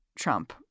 Trump